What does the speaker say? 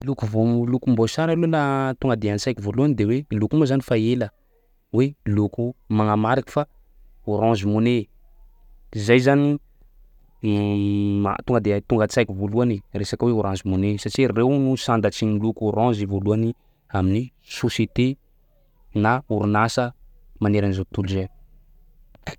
Loko vo- ny lokombosary laha tonga de an-tsaiko voalohany de hoe loko io moa zany fa ela hoe loko magnamariky fa orange money zay zany ma- tonga de haiko tonga an-tsaiko voalohany e resaky hoe orange money satsia reo no sandatsy ny loko orange volohany amin'ny société na oronasa maneran'izao tontolo zao.